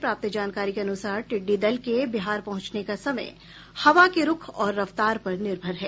प्राप्त जानकारी के अनुसार टिड्डी दल के बिहार पहुंचने का समय हवा के रूख और रफ्तार पर निर्भर है